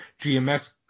GMS